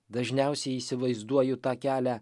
dažniausiai įsivaizduoju tą kelią